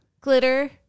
glitter